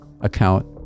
account